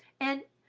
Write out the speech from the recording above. and,